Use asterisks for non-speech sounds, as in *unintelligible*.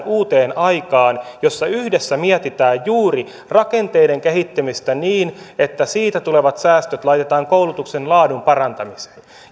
*unintelligible* uuteen aikaan jossa yhdessä mietitään juuri rakenteiden kehittämistä niin että siitä tulevat säästöt laitetaan koulutuksen laadun parantamiseen